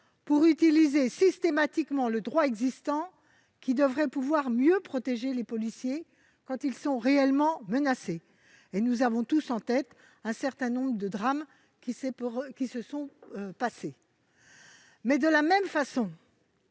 pour utiliser systématiquement le droit existant, qui devrait pouvoir mieux protéger les policiers quand ils sont réellement menacés. Nous avons tous en tête un certain nombre de drames. Mais, dans le même temps,